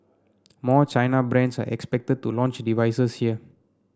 more China brands are expected to launch devices here